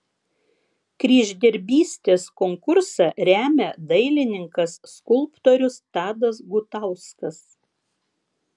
kryždirbystės konkursą remia dailininkas skulptorius tadas gutauskas